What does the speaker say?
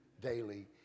daily